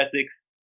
ethics